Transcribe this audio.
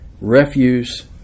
refuse